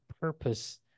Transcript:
purpose